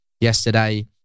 yesterday